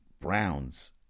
Browns